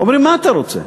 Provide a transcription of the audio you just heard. אומרים: מה אתה רוצה?